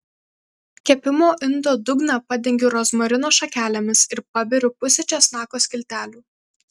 kepimo indo dugną padengiu rozmarino šakelėmis ir paberiu pusę česnako skiltelių